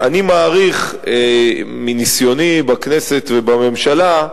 אני מעריך, מניסיוני בכנסת ובממשלה,